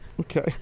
Okay